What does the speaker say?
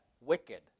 wicked